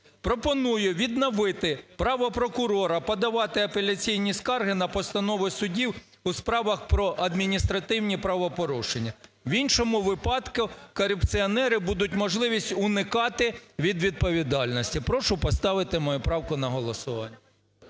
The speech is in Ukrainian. Пропоную відновити право прокурора подавати апеляційні скарги на постанови судів у справах про адміністративні правопорушення, в іншому випадку у корупціонерів буде можливість уникати від відповідальності. Прошу поставити мою правку на голосування.